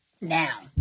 Now